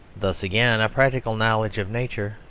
thus again a practical knowledge of nature,